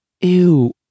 Ew